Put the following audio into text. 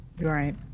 Right